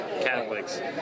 Catholics